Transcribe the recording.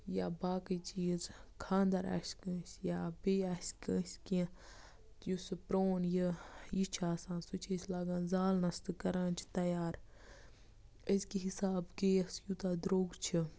یا باقٕے چیٖز خاندَر آسہِ کٲنٛسہِ یا بیٚیہِ آسہِ کٲنٛسہِ کینٛہہ یُس سُہ پرٛون یہِ یہِ چھِ آسان سُہ چھِ أسۍ لاگان زالنَس تہٕ کَران چھِ تیار أز کہِ حِساب کہِ یُس یوٗتاہ درٛوٚگ چھِ